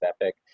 Epic